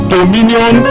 Dominion